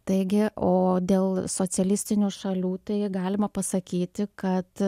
taigi o dėl socialistinių šalių tai galima pasakyti kad